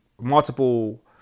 multiple